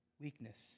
Weakness